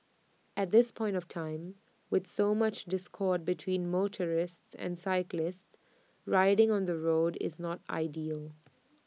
at this point of time with so much discord between motorists and cyclists riding on the road is not ideal